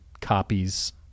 copies